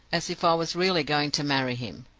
as if i was really going to marry him!